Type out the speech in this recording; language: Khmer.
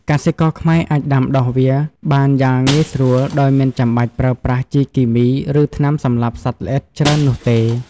កសិករខ្មែរអាចដាំដុះវាបានយ៉ាងងាយស្រួលដោយមិនចាំបាច់ប្រើប្រាស់ជីគីមី ឬថ្នាំសម្លាប់សត្វល្អិតច្រើននោះទេ។